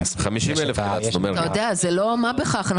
זה לא דבר של מה בכך.